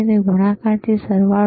તે ગુણાકાર છે કે સરવાળો